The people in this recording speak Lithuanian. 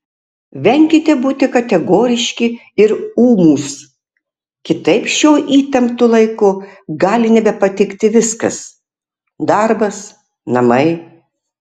venkite būti kategoriški ir ūmūs kitaip šiuo įtemptu laiku gali nebepatikti viskas darbas namai